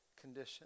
condition